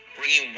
bringing